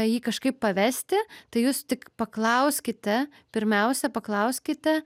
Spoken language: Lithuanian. jį kažkaip pavesti tai jūs tik paklauskite pirmiausia paklauskite